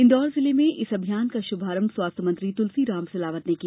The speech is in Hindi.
इंदौर जिले में इस अभियान का षुभारंभ स्वास्थ्य मंत्री तुलसीराम सिलावट ने किया